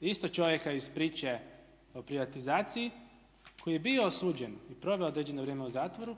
isto čovjeka iz priče o privatizaciji koji je bio osuđen i proveo određeno vrijeme u zatvoru